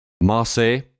Marseille